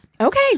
Okay